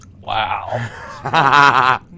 Wow